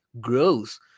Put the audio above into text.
gross